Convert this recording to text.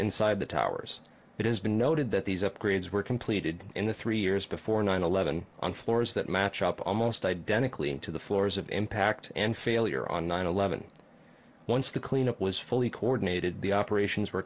inside the towers it has been noted that these upgrades were completed in the three years before nine eleven on floors that match up almost identically to the floors of impact and failure on nine eleven once the cleanup was fully coordinated the operations were